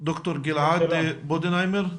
ד"ר גלעד בודנהיימר.